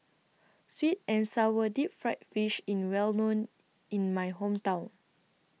Sweet and Sour Deep Fried Fish in Well known in My Hometown